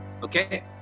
Okay